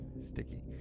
Sticky